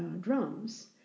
drums